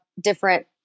different